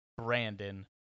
Brandon